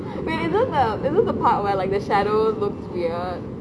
wait is it the is it the part where like the shadow looked weird